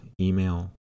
email